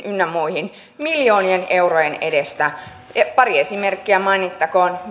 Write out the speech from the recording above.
ynnä muihin miljoonien eurojen edestä pari esimerkkiä mainittakoon